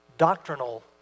Doctrinal